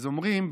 אז אומרים,